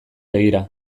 begira